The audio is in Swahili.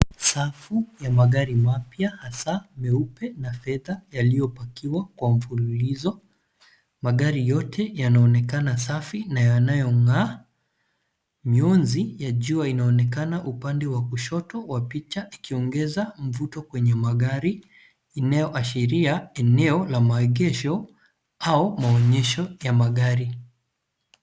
Safu ya magari mapya hasa meupe na fedha yaliyopakiwa kwa mfululizo. Magari yote yanaonekana safi na yanayong'aa. Miunzi ya jua inaonekana upande wa kushoto wa picha ikiongeza mvuto kwenye magari inayoashiria eneo la maegesho au maonyesho ya magari.